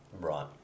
Right